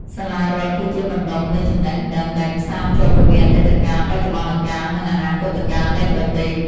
សាលារដ្ឋគឺជាបណ្តុំនៃចំណេះដឹងដែលផ្សារភ្ជាប់រវាងអតីតកាល បច្ចុប្បន្នកាល និងអនាគតកាលនៃប្រទេស។